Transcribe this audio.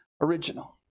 original